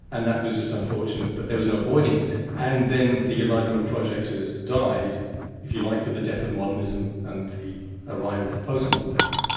and that was just unfortunate, but there was no avoiding it. and then the enlightenment project has died if you like, with the death of modernism and the arrival of post modernism,